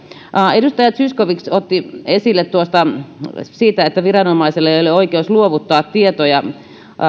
edustaja zyskowicz otti esille sen että viranomaisille ei ole oikeus luovuttaa tietoja